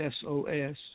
SOS